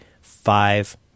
five